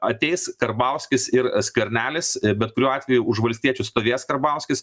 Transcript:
ateis karbauskis ir skvernelis bet kuriuo atveju už valstiečius stovės karbauskis